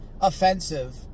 offensive